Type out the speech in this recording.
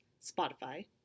spotify